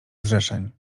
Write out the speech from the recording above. zrzeszeń